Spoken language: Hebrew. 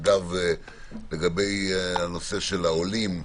לגבי נושא העולים,